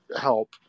help